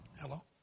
Hello